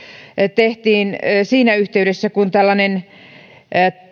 tehtiin siinä yhteydessä kun tällainen